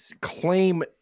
claim